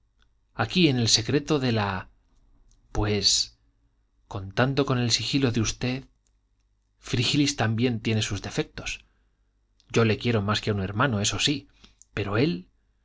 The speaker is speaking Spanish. aquí en el secreto de la pues contando con el sigilo de usted frígilis tiene también sus defectos yo le quiero más que un hermano eso sí pero él